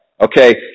okay